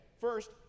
First